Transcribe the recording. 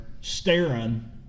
staring